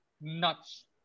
nuts